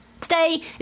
today